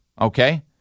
Okay